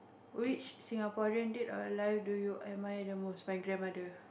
which Singaporean died or life do you admire the most my grandmother